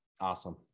Awesome